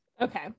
Okay